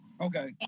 Okay